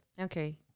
Okay